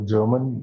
German